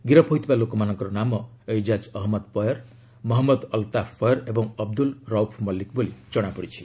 ଗିରଫ୍ ହୋଇଥିବା ଲୋକମାନଙ୍କର ନାମ ଐଜାଜ୍ ଅହମ୍ମଦ ପୟର୍ ମହମ୍ମଦ ଅଲତାଫ୍ ପୟର ଓ ଅବଦୁଲ୍ ରୌଫ୍ ମଲିକ ବୋଲି କଣାପଡ଼ିଛି